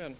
Men